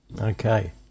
Okay